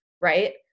right